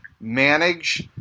manage